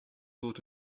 sort